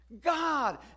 God